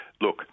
look